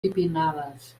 bipinnades